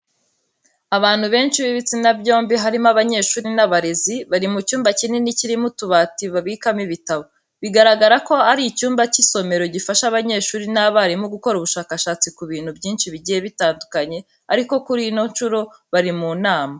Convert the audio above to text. Abantu benshi b'ibitsina byombi harimo abanyeshuri n'abarezi, bari mu cyumba kinini kirimo utubati babikamo ibitabo. Bigaragara ko ari icyumba cy'isomero gifasha abanyeshuri n'abarimu gukora ubushakashatsi ku bintu byinshi bigiye bitandukanye, ariko kuri ino nshuro bari mu nama.